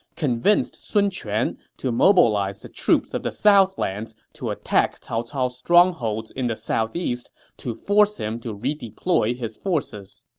convinced sun quan to mobilize the troops of the southlands to attack cao cao's strongholds in the southeast to force him to redeploy his forces.